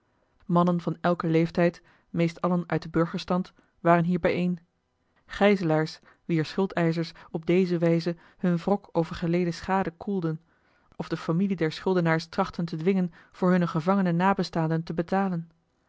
mannen van elken leeftijd meest allen uit den burgerstand waren hier bijeen gijzelaars wier schuldeischers op deze wijze hun wrok over geleden schade koelden of de familie der schuldenaars trachtten te dwingen voor hunne gevangene nabestaanden te betalen